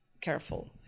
careful